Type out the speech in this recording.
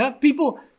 People